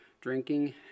drinking